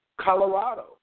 Colorado